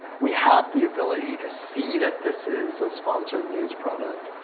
we have the ability to see that this is a sponsored news product.